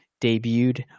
debuted